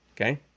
Okay